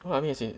what I mean as in